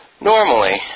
normally